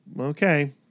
okay